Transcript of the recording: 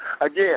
Again